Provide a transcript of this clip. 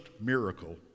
miracle